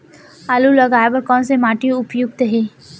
आलू लगाय बर कोन से माटी उपयुक्त हे?